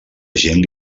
gent